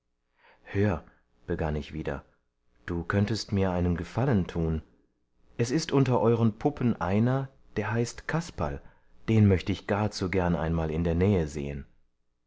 hör begann ich wieder du könntest mir einen gefallen tun es ist unter eueren puppen einer der heißt kasperl den möcht ich gar zu gern einmal in der nähe sehen